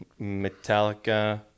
Metallica